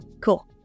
Cool